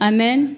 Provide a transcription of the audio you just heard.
Amen